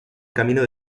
camino